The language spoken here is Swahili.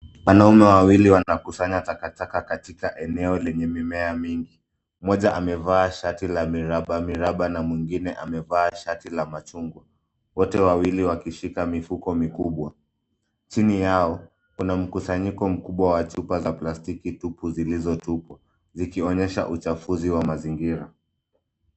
Wanaume wawili wanakusanya takataka katika eneo lenye mimea mingi. Mmoja amevaa shati la miraba miraba na mwingine amevaa shati la machungwa. Wote wawili wakishika mifuko mikubwa. Chini yao kuna mkusanyiko mkubwa wa chupa za plastiki tupu zilizotupwa; zikionyesha uchafuzi wa mazingira.